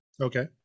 Okay